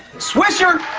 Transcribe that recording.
swisher.